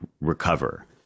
recover